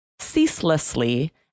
ceaselessly